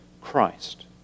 Christ